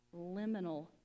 liminal